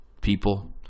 people